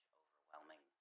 overwhelming